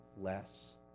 less